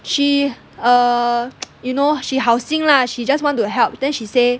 she err you know she 好心 lah she just want to help then she say